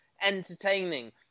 entertaining